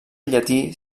llatí